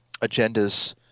agendas